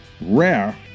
rare